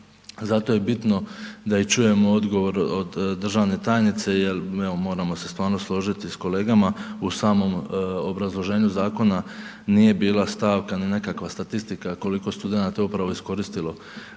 zato je bitno da čujemo odgovor od državne tajnice jer evo moramo se stvarno složiti s kolegama u samom obrazloženju zakona nije bila stavka ni nekakva statistika koliko je studenata upravo iskoristilo